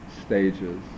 stages